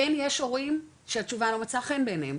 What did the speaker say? כן יש הורים שהתשובה לא מצאה חן בעיניהם,